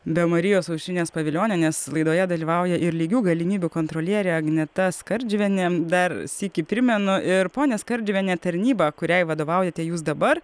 be marijos aušrinės pavilionienės laidoje dalyvauja ir lygių galimybių kontrolierė agneta skardžiuvienė dar sykį primenu ir ponia skardžiuviene tarnyba kuriai vadovaujate jūs dabar